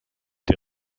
des